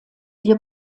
wir